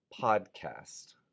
podcast